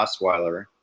Osweiler